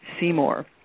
Seymour